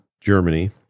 Germany